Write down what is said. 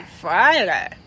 Friday